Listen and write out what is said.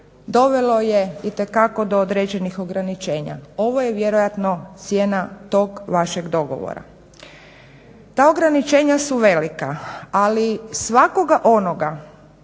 dovelo je itekako do određenih ograničenja. Ovo je vjerojatno cijena tog vašeg dogovora. Ta ograničenja su velika, ali svakoga onoga